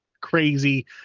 crazy